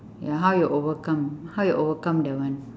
ya how you overcome how you overcome that one